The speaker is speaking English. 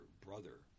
brother